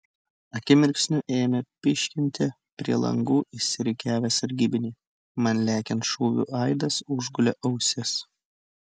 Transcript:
akimirksniu ėmė pyškinti prie langų išsirikiavę sargybiniai man lekiant šūvių aidas užgulė ausis